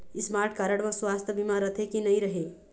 Smart card म सुवास्थ बीमा रथे की नई रहे?